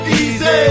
easy